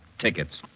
Tickets